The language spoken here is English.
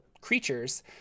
creatures